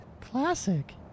Classic